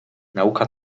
nauka